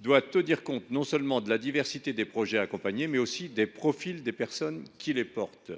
doit tenir compte non seulement de la diversité des projets à accompagner, mais aussi des profils des personnes qui les portent.